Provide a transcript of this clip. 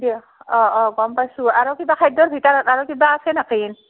দিয়ক অঁ অঁ গম পাইছোঁ আৰু কিবা খাদ্যৰ ভিতৰত আৰু কিবা আছে নেকি